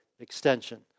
extension